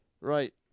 right